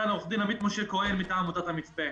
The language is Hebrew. כאן עו"ד עמית משה כהן מטעם עמותת המצפה.